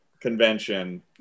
convention